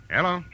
Hello